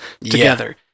together